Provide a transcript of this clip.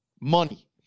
money